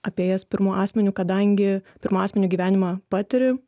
apie jas pirmu asmeniu kadangi pirmu asmeniu gyvenimą patiri